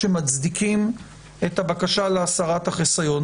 שמצדיקים את הבקשה להסרת החיסיון.